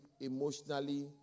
emotionally